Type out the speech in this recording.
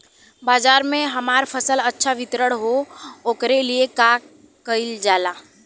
बाजार में हमार फसल अच्छा वितरण हो ओकर लिए का कइलजाला?